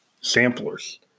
samplers